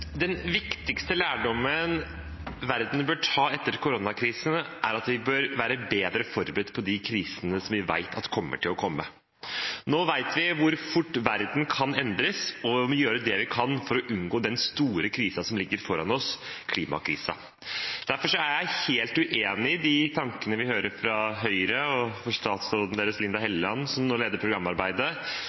Den viktigste lærdommen verden bør ta etter koronakrisen, er at vi bør være bedre forberedt på de krisene vi vet kommer til å komme. Nå vet vi hvor fort verden kan endres, og vi må gjøre det vi kan for å unngå den store krisen som ligger foran oss: klimakrisen. Derfor er jeg helt uenig i de tankene vi hører fra Høyre og statsråden deres, Linda Hofstad Helleland, som nå leder programarbeidet,